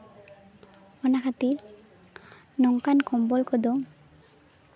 ᱚᱱᱟ ᱠᱷᱟᱹᱛᱤᱨ ᱱᱚᱝᱠᱟᱱ ᱠᱚᱢᱵᱚᱞ ᱠᱚᱫᱚ